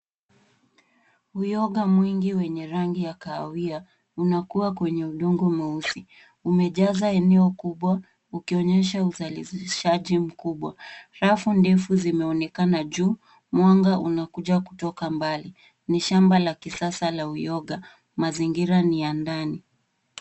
Uyoga mwingi wenye rangi ya kahawia unakua kwenye udongo mweusi. Umejaza eneo kubwa ukionyesha uzalishaji mkubwa. Rafu ndefu zimeonekana juu. Mwanga unakuja kutoka mbali. Ni shamba la kisasa la uyoga. Mazingira ni ya ndani.